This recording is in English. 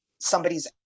somebody's